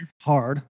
hard